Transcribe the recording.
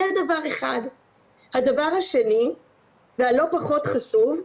הדבר השני והלא פחות חשוב,